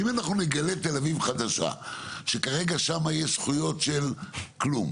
אם אנחנו נגלה תל אביב חדשה שכרגע שם יש זכויות של כלום,